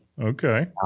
Okay